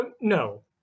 No